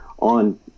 on